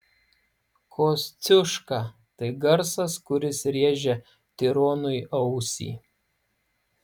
kosciuška tai garsas kuris rėžia tironui ausį